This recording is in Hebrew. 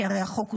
כי הרי החוק הוסר,